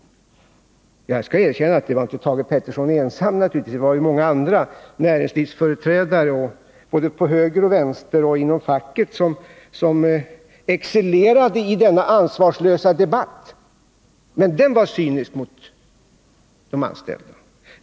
Jag skall erkänna att det inte var Thage Peterson ensam som låg bakom detta, utan det var många andra — näringslivsföreträdare, både till höger och vänster, och personer inom facket — som excellerade i denna ansvarslösa debatt. Och den var cynisk mot de anställda.